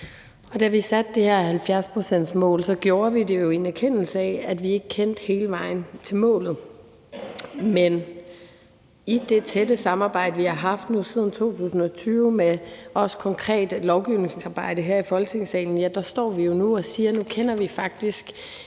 Og da vi satte det her 70-procentsmål, gjorde vi det jo i en anerkendelse af, at vi ikke kendte hele vejen til målet. Men i det tætte samarbejde, vi har haft siden 2020, også med konkret lovgivningsarbejde her i Folketingssalen, står vi jo nu og siger: Nu kender vi faktisk